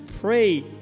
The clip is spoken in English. pray